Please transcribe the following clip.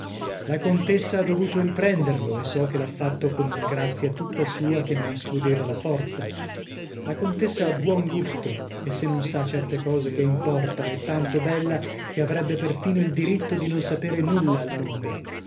la contessa ha dovuto riprenderlo e so che l'ha fatto con una grazia tutta sua che non escludeva la forza la contessa ha buon gusto e se non sa certe cose che importa è tanto bella che avrebbe perfino il diritto di non saper nulla al mondo